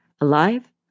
alive